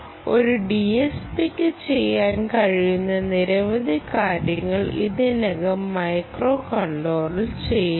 ഒരു DSPക്ക് ചെയ്യാൻ കഴിയുന്ന നിരവധി കാര്യങ്ങൾ ഇതിനകം മൈക്രോകൺട്രോളർ ചെയ്യുന്നു